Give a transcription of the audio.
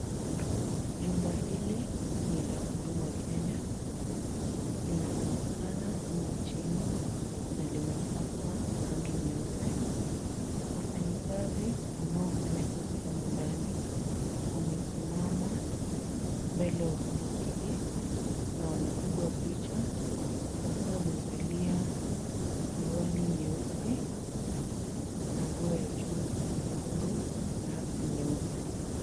Jumba hili ni la Huduma Kenya, linapatikana humu nchini na limepakwa rangi nyeupe. Wafanyikazi wanaofanya kazi humu ndani, wamesimama mbele ya ofisi hii na wanapigwa picha, wakiwa wamevalia suruali nyeusi na nguo ya juu nyekundu na hata nyeupe.